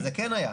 אז זה כן היה.